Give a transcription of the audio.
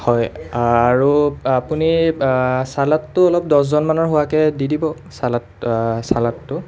হয় আৰু আপুনি চালাদটো অলপ দহজনমানৰ হোৱাকৈ দি দিব চালাদ চালাদটো